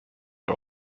are